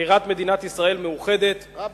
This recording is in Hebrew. בירת מדינת ישראל מאוחדת, רבין.